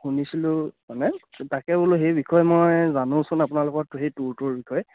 শুনিছিলোঁ মানে তাকে বোলো সেই বিষয়ে মই জানোচোন আপোনালোকৰ সেই ট্য়ুৰটোৰ বিষয়ে